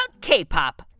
K-pop